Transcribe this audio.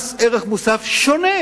יש מס ערך מוסף שונה.